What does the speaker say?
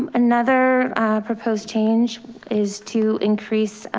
um another proposed change is to increase,